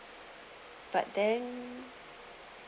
but then